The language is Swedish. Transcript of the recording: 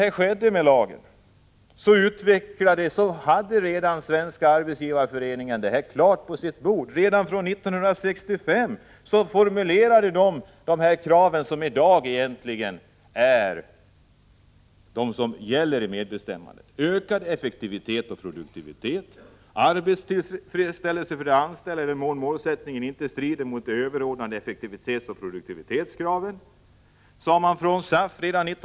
När MBL infördes hade redan Svenska arbetsgivareföreningen sina planer klara. År 1965 formulerade SAF de mål som egentligen är de som i dag gäller: Ökad effektivitet och produktivitet samt arbetstillfredsställelse för de anställda i den mån målsättningen inte strider mot de överordnade effektivitetsoch produktivitetskraven.